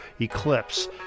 eclipse